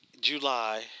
July